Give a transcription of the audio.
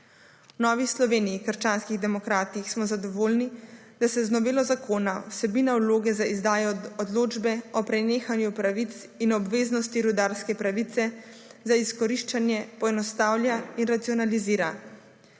Novi Sloveniji – krščanski demokrati smo zadovoljni, da se z novelo zakona vsebina vloge za izdajo odločbe o prenehanju pravic in obveznosti rudarske pravice za izkoriščanje poenostavlja in racionalizira.